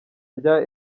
rya